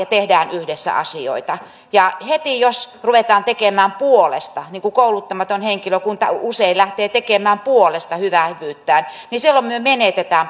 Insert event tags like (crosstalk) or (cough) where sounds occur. (unintelligible) tehdään yhdessä asioita heti jos ruvetaan tekemään puolesta niin kuin kouluttamaton henkilökunta usein lähtee tekemään puolesta hyvää hyvyyttään silloin me menetämme (unintelligible)